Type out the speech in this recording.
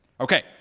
Okay